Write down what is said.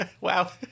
wow